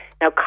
Now